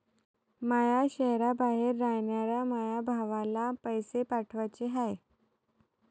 माया शैहराबाहेर रायनाऱ्या माया भावाला पैसे पाठवाचे हाय